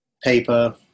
paper